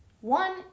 one